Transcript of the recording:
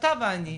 אתה ואני,